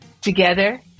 Together